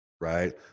right